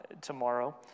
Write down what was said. tomorrow